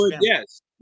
Yes